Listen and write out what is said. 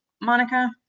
Monica